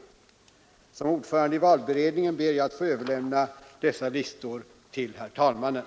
I egenskap av ordförande i valberedningen ber jag att få överlämna denna lista till herr talmannen.